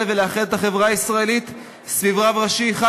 ולאחד את החברה הישראלית סביב רב ראשי אחד,